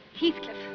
Heathcliff